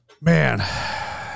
man